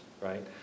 right